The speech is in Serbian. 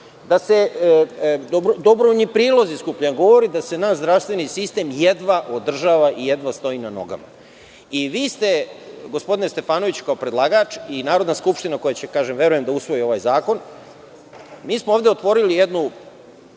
da se dobrovoljni prilozi skupljaju, govori da se naš zdravstveni sistem jedva održava i jedna stoji na nogama. Vi ste, gospodine Stefanoviću, kao predlagač i Narodna skupština koja će, kažem, verujem da usvoji ovaj zakon, mi smo ovde otvorili jednu